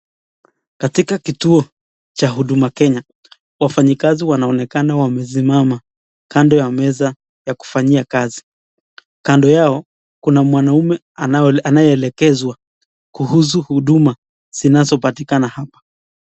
Katika kituo cha Huduma Kenya, wafanyikazi wanaonekana wamesimama kando ya meza ya kufanyia kazi. Kando yao kuna mwanaume anayeelekezwa kuhusu huduma zinazopatikana hapa.